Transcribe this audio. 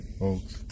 folks